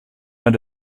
and